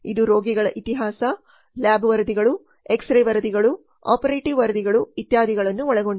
ಇದು ರೋಗಿಗಳ ಇತಿಹಾಸ ಲ್ಯಾಬ್ ವರದಿಗಳು ಎಕ್ಸರೆ ವರದಿಗಳು ಆಪರೇಟಿವ್ ವರದಿಗಳು ಇತ್ಯಾದಿಗಳನ್ನು ಒಳಗೊಂಡಿದೆ